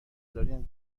دارین